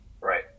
Right